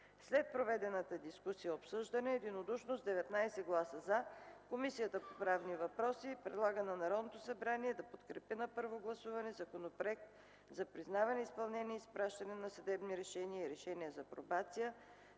След проведената дискусия и обсъждане, единодушно с 19 гласа „за”, Комисията по правни въпроси предлага на Народното събрание да подкрепи на първо гласуване Законопроект за признаване, изпълнение и изпращане на съдебни решения и решения за пробация